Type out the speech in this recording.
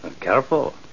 careful